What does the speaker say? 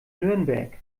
nürnberg